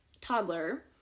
toddler